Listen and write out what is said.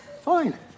fine